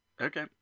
okay